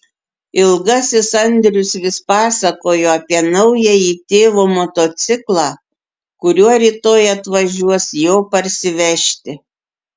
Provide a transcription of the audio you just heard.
ilgasis andrius vis pasakojo apie naująjį tėvo motociklą kuriuo rytoj atvažiuos jo parsivežti